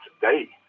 today